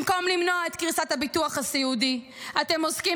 במקום למנוע את קריסת הביטוח הסיעודי אתם עוסקים